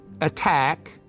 attack